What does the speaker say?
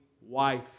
wife